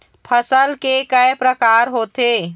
फसल के कय प्रकार होथे?